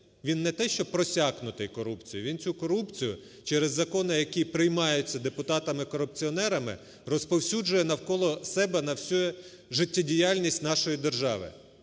він не те, що просякнутий корупцією, він цю корупцію через закони, які приймаються депутатами-корупціонерами, розповсюджує навколо себе на всю життєдіяльність нашої держави.